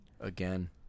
Again